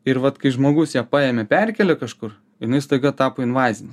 ir vat kai žmogus ją paėmė perkėlė kažkur jinai staiga tapo invazine